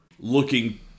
Looking